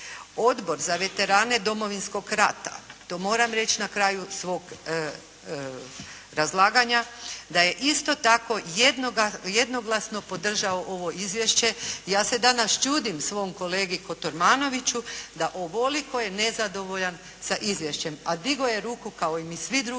Odbor za veterane Domovinskog rata, to moram reći na kraju svog razlaganja, da je isto tako jednoglasno podržao ovo izvješće. Ja se danas čudim svom kolegi Kotromanoviću da ovoliko je nezadovoljan sa izvješćem, a digao je ruku kao i mi svi drugi